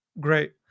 great